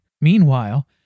Meanwhile